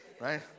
right